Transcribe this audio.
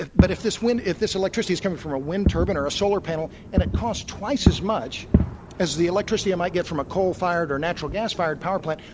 but if this wind if this electricity is coming from a wind turbine or a solar panel and it costs twice as much as the electricity i might get from a coal-fired or natural gas-fired power plant,